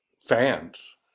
fans